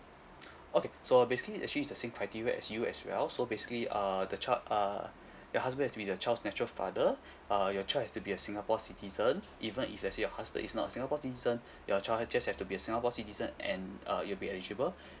okay so basically actually it's the same criteria as you as well so basically err the child uh your husband has to be the child's natural father uh your child has to be a singapore citizen even if let's say your husband is not a singapore citizen your child uh just have to be a singapore citizen and uh you'll be eligible